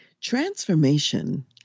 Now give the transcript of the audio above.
Transformation